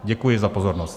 Děkuji za pozornost.